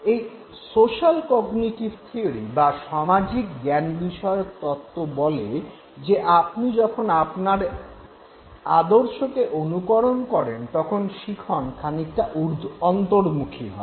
এই social cognitive theory বা সামাজিক জ্ঞানবিষয়ক তত্ত্ব বলে যে আপনি যখন আপনার আপনার আদর্শকে অনুকরণ করেন তখন শিখন খানিকটা অন্তর্মুখী হয়